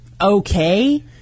okay